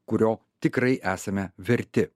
kurio tikrai esame verti